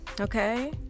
okay